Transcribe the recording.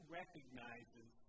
recognizes